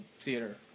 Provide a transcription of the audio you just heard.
Theater